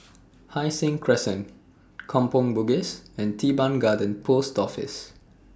Hai Sing Crescent Kampong Bugis and Teban Garden Post Office